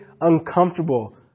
uncomfortable